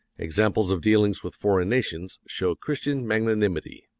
examples of dealings with foreign nations show christian magnanimity.